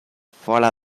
fora